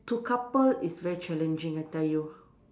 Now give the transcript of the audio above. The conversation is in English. to couple is very challenging I tell you